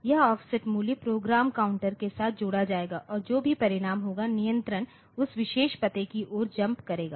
यह ऑफसेट मूल्य program counter के साथ जोड़ा जाएगा और जो भी परिणाम होगा नियंत्रण उस विशेष पते की ओर जम्पकरेगा